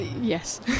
Yes